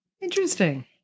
Interesting